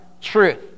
truth